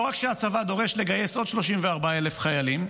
הצבא לא רק דורש לגייס עוד 34,000 חיילים,